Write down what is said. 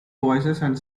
voicesand